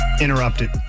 Interrupted